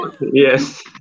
Yes